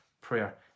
prayer